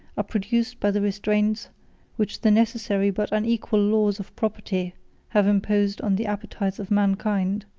are produced by the restraints which the necessary but unequal laws of property have imposed on the appetites of mankind,